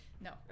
No